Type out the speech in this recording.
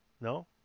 No